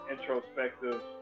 introspective